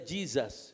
Jesus